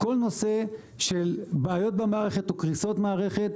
כל נושא של בעיות במערכת או קריסות מערכת,